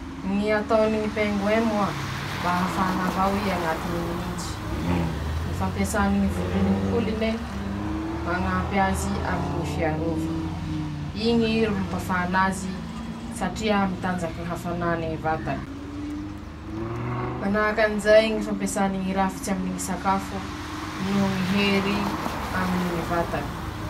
<...>Ñ'asany ñ'alika ñ'ala aminy ñy fandamina soa ñy ecosystemy fifeheza ñy isany ñy biby kelikeliky añatiny ala ao, manahaky anizay koa ñy fampihenany ñy fiaviany ñy biby mety ho loza añaty ala añy, manahaky anizay koa a ñy fiaiñany ara-tsakafo<...>.